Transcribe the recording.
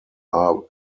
are